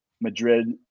madrid